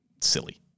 silly